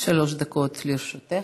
גברתי, שלוש דקות לרשותך.